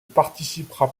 participera